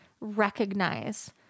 recognize